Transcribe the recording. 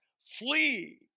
flee